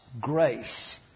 grace